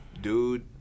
Dude